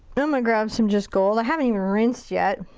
i'm gonna grab some just gold. i haven't even rinsed yet.